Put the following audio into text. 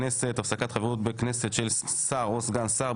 הכנסת (הפסקת חברות בכנסת של שר או סגן שר),